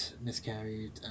miscarried